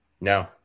No